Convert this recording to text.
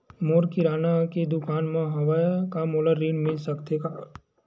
मोर किराना के दुकान हवय का मोला ऋण मिल सकथे का?